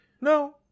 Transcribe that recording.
No